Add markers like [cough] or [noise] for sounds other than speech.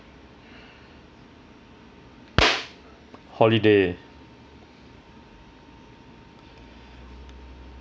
[noise] holiday